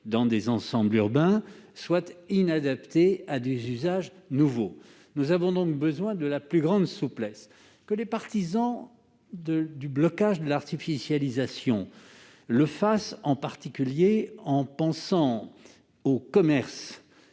dans des ensembles urbains, soit inadaptées à des usages nouveaux. Nous avons donc besoin de la plus grande souplesse. Que les partisans du blocage de l'artificialisation le soient en pensant aux commerces